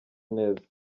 neza